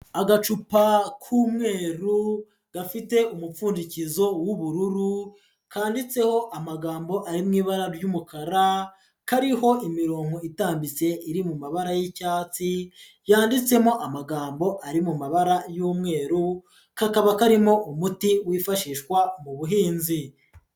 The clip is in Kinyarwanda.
Agacupa k'umweru gafite umupfundikizo w'ubururu, kanditseho amagambo ari mu ibara ry'umukara, kariho imirongo itambitse iri mu mabara y'icyatsi, yanditsemo amagambo ari mu mabara y'umweru, kakaba karimo umuti wifashishwa mu buhinzi.